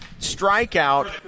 strikeout